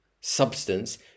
substance